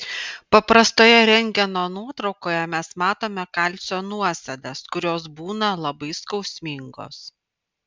paprastoje rentgeno nuotraukoje mes matome kalcio nuosėdas kurios būna labai skausmingos